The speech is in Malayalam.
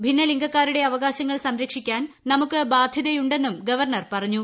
ഭിന്നലിംഗുക്കാരുടെ അവകാശങ്ങൾ സംര ക്ഷിക്കാൻ നമുക്ക് ബാധ്യതയുണ്ടെന്നും അവർണർ പറഞ്ഞു